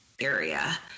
area